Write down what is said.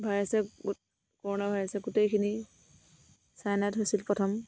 ভাইৰাছে কৰোণা ভাইৰাছে গোটেইখিনি চাইনাত হৈছিল প্ৰথম